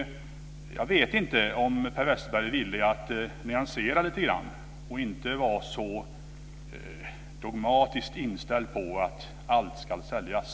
Jag vet inte om Per Westerberg är villig att nyansera lite grann och inte vara så dogmatiskt inställd på att allt ska säljas.